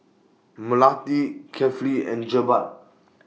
Melati Kefli and Jebat